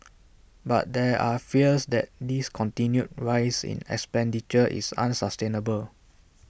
but there are fears that this continued rise in expenditure is unsustainable